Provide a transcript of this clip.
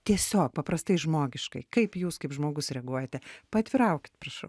tiesiog paprastai žmogiškai kaip jūs kaip žmogus reaguojate paatviraukit prašau